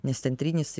nes centrinis